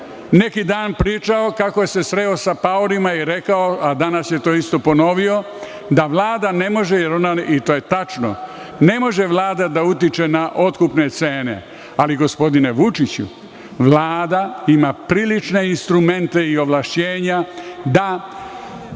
neki dan pričao kako se sreo sa paorima i rekao, a danas je to isto ponovio, da Vlada ne može, i to je tačno, da utiče na otkupne cene. Ali, gospodine Vučiću, Vlada ima prilične instrumente i ovlašćenja da